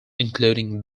including